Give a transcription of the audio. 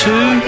Two